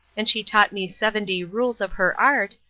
and she taught me seventy rules of her art,